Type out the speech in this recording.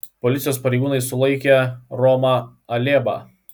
policijos pareigūnai sulaikė romą alėbą